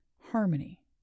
harmony